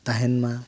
ᱛᱟᱦᱮᱱᱢᱟ